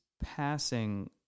passing